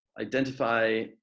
identify